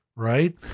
Right